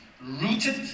rooted